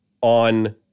on